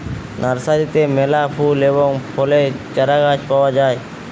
নার্সারিতে মেলা ফুল এবং ফলের চারাগাছ পাওয়া যায়